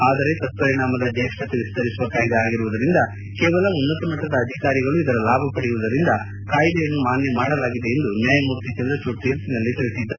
ಆದರೆ ತತ್ಪರಿಣಾಮದ ಜೇಷ್ಠತೆ ವಿಸ್ತರಿಸುವ ಕಾಯ್ದೆ ಆಗಿರುವುದರಿಂದ ಕೇವಲ ಉನ್ನತ ಮಟ್ಟದ ಅಧಿಕಾರಿಗಳು ಇದರ ಲಾಭ ಪಡೆಯುವುದರಿಂದ ಕಾಯ್ದೆಯನ್ನು ಮಾನ್ಯ ಮಾಡಲಾಗಿದೆ ಎಂದು ನ್ಯಾಯಮೂರ್ತಿ ಚಂದ್ರಚೂಡ್ ತೀರ್ಪಿನಲ್ಲಿ ತಿಳಿಸಿದ್ದಾರೆ